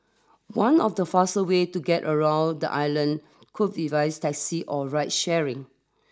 one of the faster way to get around the island could be via taxi or ride sharing